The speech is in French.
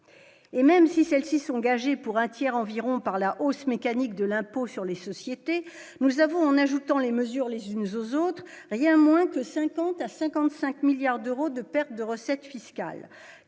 et, même si celles-ci sont engagés pour un tiers environ par la hausse mécanique de l'impôt sur les sociétés, nous avons, en ajoutant les mesures lésinent zozote rien moins que 50 à 55 milliards d'euros de pertes de recettes fiscales